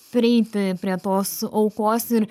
prieiti prie tos aukos ir